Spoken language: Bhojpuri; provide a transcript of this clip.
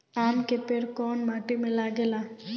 आम के पेड़ कोउन माटी में लागे ला?